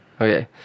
Okay